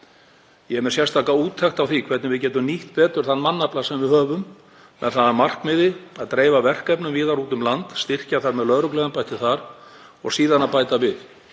Ég er með sérstaka úttekt á því hvernig við getum nýtt betur þann mannafla sem við höfum með það að markmiði að dreifa verkefnum víðar út um land, styrkja þar með lögregluembætti þar og bæta síðan við.